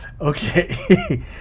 Okay